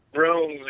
room